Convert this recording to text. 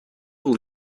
will